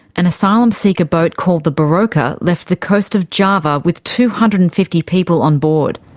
an asylum seeker boat called the barokah left the coast of java with two hundred and fifty people on board.